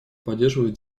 поддерживает